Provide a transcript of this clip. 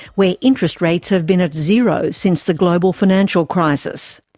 where interest rates have been at zero since the global financial crisis.